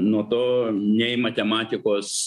nuo to nei matematikos